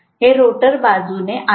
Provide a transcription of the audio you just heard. हे रोटर बाजूने आहे